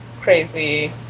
crazy